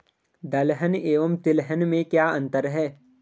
दलहन एवं तिलहन में क्या अंतर है?